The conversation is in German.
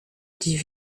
die